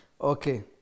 Okay